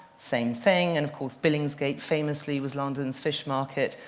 same thing. and of course billingsgate, famously, was london's fish market,